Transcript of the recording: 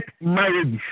marriage